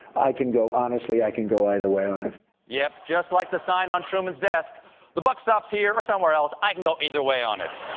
i can go honestly i can go either way on it. stephen yep, just like the sign on truman's desk the buck stops here, or somewhere else, i can go either way on it.